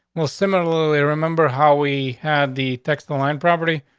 most similarly, remember how we had the text, the line property.